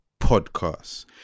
Podcast